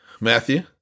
Matthew